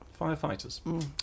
Firefighters